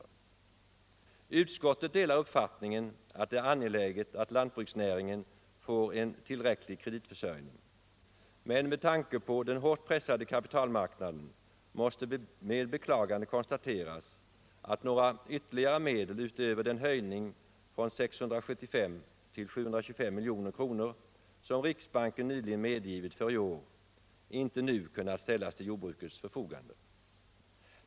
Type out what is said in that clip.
Finansdebatt Finansdebatt Utskottet delar uppfattningen att det är angeläget att lantbruksnäringen får en tillräcklig kreditförsörjning, men med tanke på den hån pressade kapitalmarknaden måste man med beklagande konstatera att några ytterligare medel utöver den höjning från 675 till 725 milj.kr. som riksbanken nyligen medgivit för i år inte nu kunnat ställas till jordbrukets förfogande.